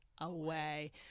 away